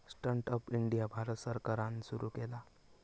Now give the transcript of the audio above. stand up India Bharat सरकारान सुरू केला